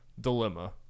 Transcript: dilemma